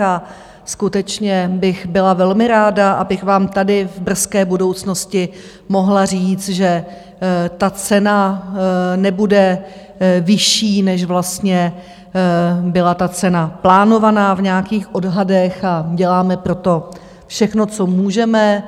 A skutečně bych byla velmi ráda, abych vám tady v brzké budoucnosti mohla říct, že ta cena nebude vyšší, než vlastně byla ta cena plánovaná v nějakých odhadech, a děláme pro to všechno, co můžeme.